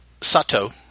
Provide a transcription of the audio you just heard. Sato